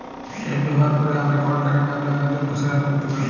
app ব্যাভার ক্যরে আমরা কলটাক বা জ্যগাজগ শেয়ার ক্যরতে পারি